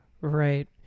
right